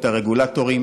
את הרגולטורים